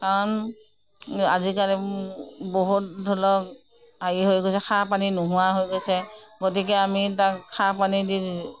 কাৰণ আজিকালি বহুত ধৰি লওক হেৰি হৈ গৈছে সাৰ পানী নোহোৱা হৈ গৈছে গতিকে আমি তাক সাৰ পানী দি